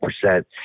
percent